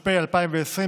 התש"ף 2020,